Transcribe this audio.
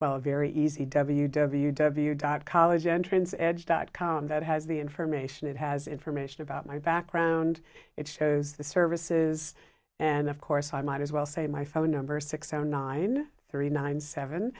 well very easy w w w god college entrance edge dot com that has the information it has information about my background it shows the services and of course i might as well say my phone number six hundred nine three nine seven